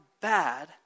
bad